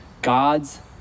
God's